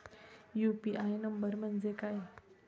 UPI number म्हणजे काय?